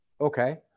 okay